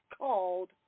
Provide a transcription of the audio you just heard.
called